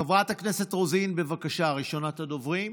חברת הכנסת רוזין, בבקשה, ראשונת הדוברים,